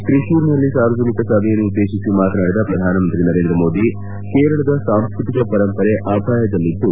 ತ್ರಿಶೂರಿನಲ್ಲಿ ಸಾರ್ವಜನಿಕ ಸಭೆಯನ್ನುದ್ದೇತಿಸಿ ಮಾತನಾಡಿದ ಪ್ರಧಾನಮಂತ್ರಿ ನರೇಂದ್ರ ಮೋದಿ ಅವರು ಕೇರಳದ ಸಾಂಸ್ಕತಿಕ ಪರಂಪರೆ ಅಪಾಯದಲ್ಲಿದ್ದು